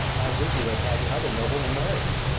i would you had had the other noble in maries.